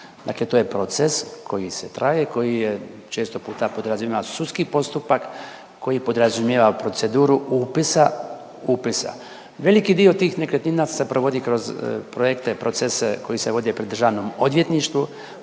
dakle to je proces koji traje, koji je često puta pod …/Govornik se ne razumije./… postupak, koji podrazumijeva proceduru upisa. Veliki dio tih nekretnina se provodi kroz projekte, procese koji se vode pri Državnom odvjetništvu.